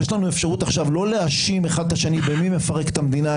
יש לנו אפשרות עכשיו לא להאשים אחד את השני מי מפרק את המדינה,